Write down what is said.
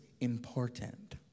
important